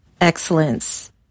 excellence